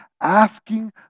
asking